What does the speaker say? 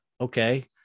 okay